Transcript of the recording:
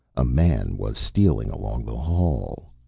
a man was stealing along the hall.